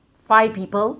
five people